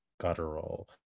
guttural